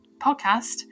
podcast